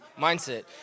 mindset